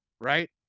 right